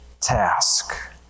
task